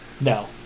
No